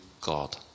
God